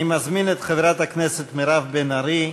אני מזמין את חברת הכנסת מירב בן ארי.